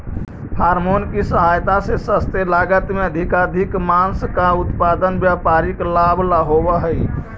hormone की सहायता से सस्ते लागत में अधिकाधिक माँस का उत्पादन व्यापारिक लाभ ला होवअ हई